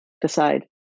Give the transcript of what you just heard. decide